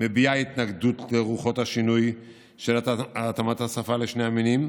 מביעה התנגדות לרוחות השינוי של התאמת השפה לשני המינים,